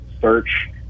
search